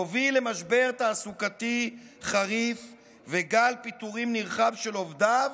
סגירת התאגיד תוביל למשבר תעסוקתי חריף וגל פיטורים נרחב של עובדיו,